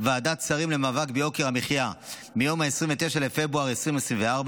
ועדת שרים למאבק ביוקר המחיה מיום 29 בפברואר 2024,